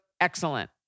excellent